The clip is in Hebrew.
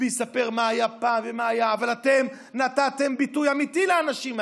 אם לא נכנסת לבית כנסת רפורמי,